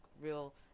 real